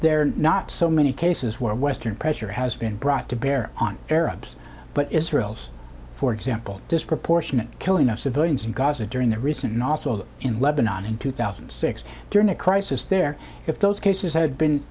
there not so many cases where western pressure has been brought to bear on arabs but israel's for example disproportionate killing of civilians in gaza during the recent and also in lebanon in two thousand and six during a crisis there if those cases had been